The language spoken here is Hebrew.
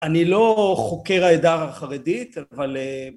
‫אני לא חוקר העדה החרדית, ‫אבל...